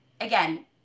again